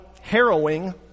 harrowing